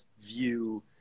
view